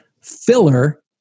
filler